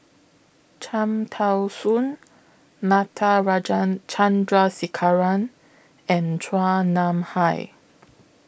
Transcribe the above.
Cham Tao Soon Natarajan Chandrasekaran and Chua Nam Hai